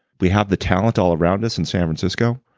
we have the talent all around us in san francisco.